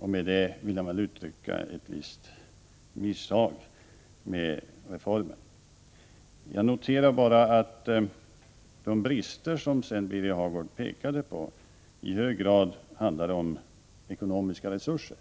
Därmed vill han antagligen uttrycka ett visst misshag med reformen. Jag noterar bara att de brister som Birger Hagård sedan pekade på i hög grad beror på bristande ekonomiska resurser.